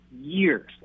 years